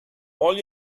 all